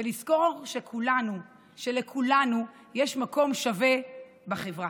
ולזכור שלכולנו יש מקום שווה בחברה.